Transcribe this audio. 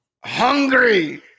hungry